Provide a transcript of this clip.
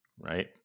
Right